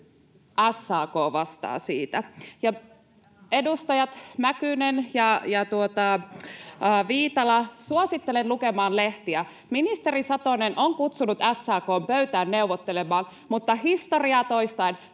SAK vastaa siitä. Ja edustajat Mäkynen ja Viitala, suosittelen lukemaan lehtiä. Ministeri Satonen on kutsunut SAK:n pöytään neuvottelemaan, mutta historiaa toistaen